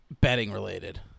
betting-related